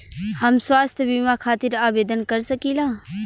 हम स्वास्थ्य बीमा खातिर आवेदन कर सकीला?